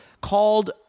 called